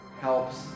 helps